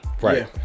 Right